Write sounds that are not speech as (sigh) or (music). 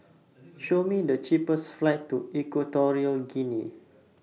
(noise) Show Me The cheapest flights to Equatorial Guinea